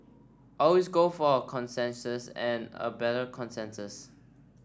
always go for a consensus and a better consensus